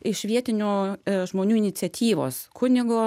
iš vietinių žmonių iniciatyvos kunigo